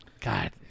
God